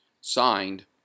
Signed